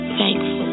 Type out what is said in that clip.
thankful